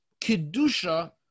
Kedusha